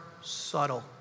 subtle